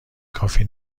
کافی